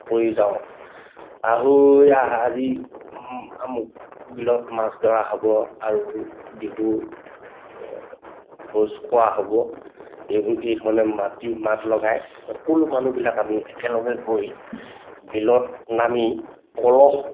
কৰি যাওঁ আহ ঐ আহ আজি আমুক বিলত মাছ ধৰা হ'ব আৰু বিহুৰ ভোজ খোৱা হ'ব এইবোৰ এইধৰণে মাতি মাত লগাই সকলো মানুহবিলাক আমি একেলগে গৈ বিলত নামি পলহ